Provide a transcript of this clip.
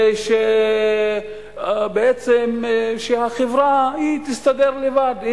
ושבעצם החברה תסתדר לבד,